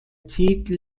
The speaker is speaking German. titel